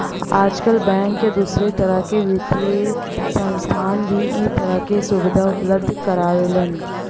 आजकल बैंक या दूसरे तरह क वित्तीय संस्थान भी इ तरह क सुविधा उपलब्ध करावेलन